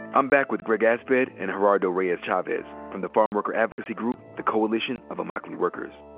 i'm back with greg asbed and gerardo reyes chavez from the farmworker advocacy group the coalition of immokalee workers.